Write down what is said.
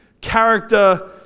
character